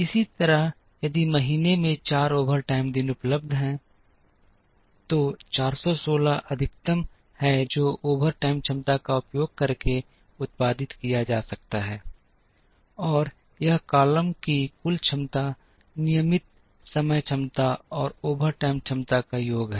इसी तरह यदि महीने में 4 ओवरटाइम दिन उपलब्ध हैं तो 416 अधिकतम है जो ओवरटाइम क्षमता का उपयोग करके उत्पादित किया जा सकता है और यह कॉलम कि कुल क्षमता नियमित समय क्षमता और ओवरटाइम क्षमता का योग है